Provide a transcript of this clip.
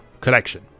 collection